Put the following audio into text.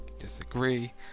disagree